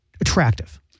attractive